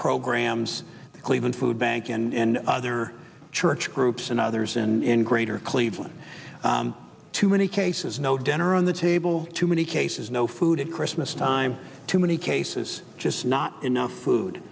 programs the cleveland food bank and other church groups and others in greater cleveland too many cases no dinner on the table too many cases no food at christmas time too many cases just not enough food